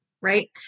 right